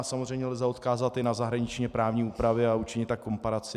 Samozřejmě lze odkázat i na zahraničně právní úpravy a učinit tak komparaci.